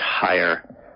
higher –